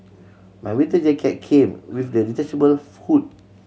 my winter jacket came with the detachable hood